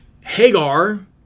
Hagar